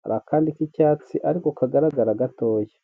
hari akandi k'icyatsi ariko kagaragara gatoya.